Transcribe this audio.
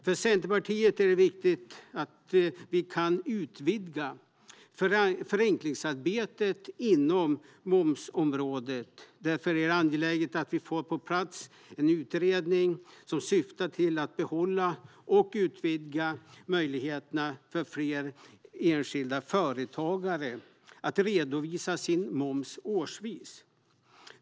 För Centerpartiet är det viktigt att vi kan utvidga förenklingsarbetet inom momsområdet. Därför är det angeläget att vi får en utredning på plats som syftar till att behålla och utvidga möjligheterna för fler enskilda företagare att redovisa sin moms årsvis.